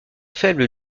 faible